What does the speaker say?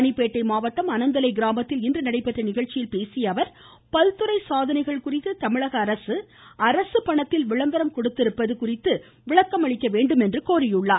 ராணிப்பேட்டை மாவட்டம் அனந்தலை கிராமத்தில் இன்று நடைபெற்ற நிகழ்ச்சியில் பேசிய அவர் பல்துறை சாதனைகள் குறித்து தமிழக அரசு அரசு பணத்தில் விளம்பரம் கொடுத்திருப்பது குறித்து விளக்கம் அளிக்க அவர் கோரியிருக்கிறார்